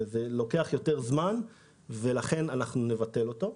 זה לוקח זמן רב ולכן אנחנו נבטל אותו.